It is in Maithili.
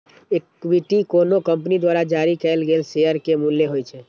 इक्विटी कोनो कंपनी द्वारा जारी कैल गेल शेयर के मूल्य होइ छै